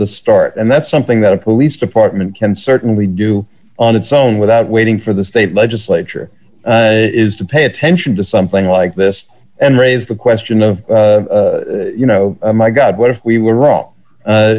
the start and that's something that a police department can certainly do on its own without waiting for the state legislature is to pay attention to something like this and raise the question of you know my god what if we were wrong